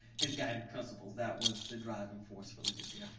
his guiding principles, that was the driving force for the district.